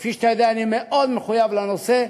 כפי שאתה יודע, אני מאוד מחויב לנושא,